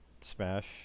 smash